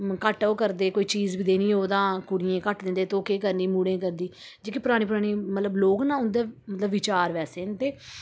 घट्ट ओह् करदे कोई चीज़ बी देनी होग तां कुड़ियें गी घट्ट दिंदे तोह् केह् करनी मुड़ें ई करदी जेह्की परानी परानी मतलब लोग ना उं'दे मतलब विचार वैसे न ते